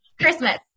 Christmas